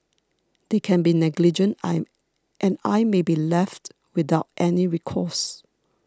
they can be negligent I and I may be left without any recourse